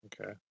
Okay